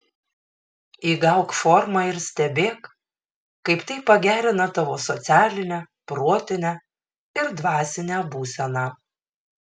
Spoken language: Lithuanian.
įgauk formą ir stebėk kaip tai pagerina tavo socialinę protinę ir dvasinę būseną